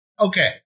Okay